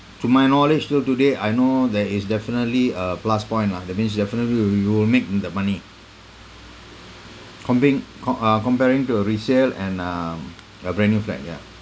to my knowledge till today I know there is definitely a plus point lah that means definitely you'll you'll make mm the money comping com~ uh comparing to a resale and uh a brand new flat ya